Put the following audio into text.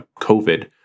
COVID